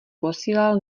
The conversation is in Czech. posílal